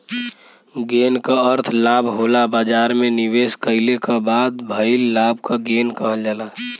gain क अर्थ लाभ होला बाजार में निवेश कइले क बाद भइल लाभ क गेन कहल जाला